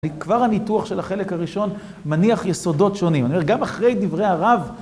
כבר הניתוח של החלק הראשון מניח יסודות שונים. אני אומר, גם אחרי דברי הרב...